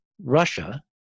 Russia